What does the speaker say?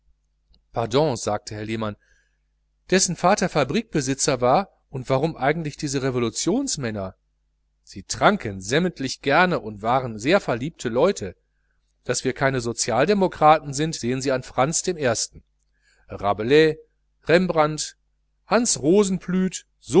pardon sagte herr lehmann dessen vater fabrikbesitzer war warum eigentlich diese revolutionsmänner sie tranken sämmtlich gerne und waren sehr verliebte leute daß wir keine sozialdemokraten sind sehen sie an franz dem erste rabelais rembrandt